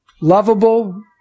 lovable